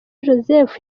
joseph